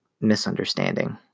misunderstanding